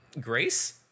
Grace